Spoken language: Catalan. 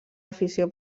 afició